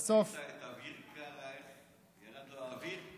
בסוף, ראית איך לאביר קארה ירד האוויר?